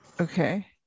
Okay